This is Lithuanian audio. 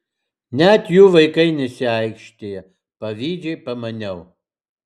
net jų vaikai nesiaikštija pavydžiai pamaniau